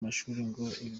mashuri